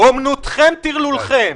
אומנותכם טרלולכם.